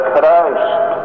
Christ